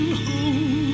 home